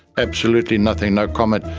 absolutely nothing, no comment,